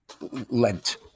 Lent